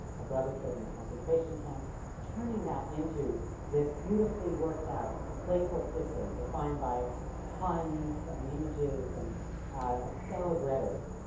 a brother killed in a concentration camp turning that into this beautifully worked out, playful system, defined by puns, and images, and a spell of rhetoric.